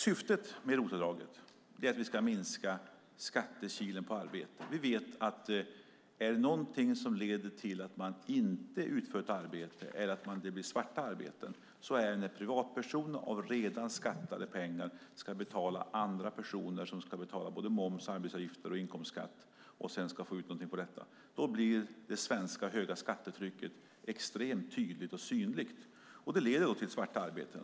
Syftet med ROT-avdraget är att minska skattekilen när det gäller arbete. Vi vet att något som leder till svartarbete är att privatpersoner av redan skattade pengar ska betala andra personer som ska betala både moms, arbetsgivaravgifter och inkomstskatt och sedan ska få ut något på detta. Då blir det svenska höga skattetrycket extremt tydligt och synligt. Det leder till svarta arbeten.